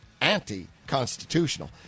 anti-constitutional